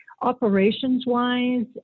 Operations-wise